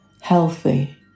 healthy